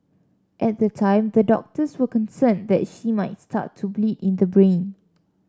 at the time the doctors were concerned that she might start to bleed in the brain